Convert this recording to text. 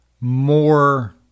more